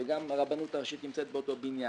גם הרבנות הראשית נמצאת באותו בניין.